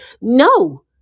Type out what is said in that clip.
No